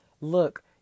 look